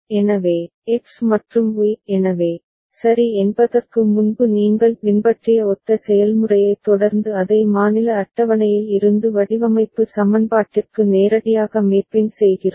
எனவே எக்ஸ் மற்றும் ஒய் எனவே சரி என்பதற்கு முன்பு நீங்கள் பின்பற்றிய ஒத்த செயல்முறையைத் தொடர்ந்து அதை மாநில அட்டவணையில் இருந்து வடிவமைப்பு சமன்பாட்டிற்கு நேரடியாக மேப்பிங் செய்கிறோம்